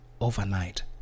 overnight